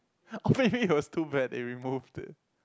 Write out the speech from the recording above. or maybe it's was too bad they removed it